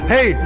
Hey